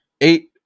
eight